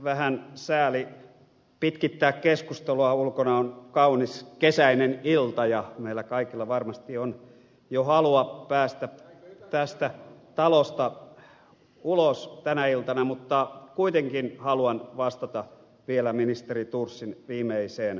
vähän sääli pitkittää keskustelua ulkona on kaunis kesäinen ilta ja meillä kaikilla varmasti on jo halua päästä tästä talosta ulos tänä iltana mutta kuitenkin haluan vastata vielä ministeri thorsin viimeiseen puheenvuoroon